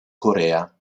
corea